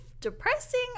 depressing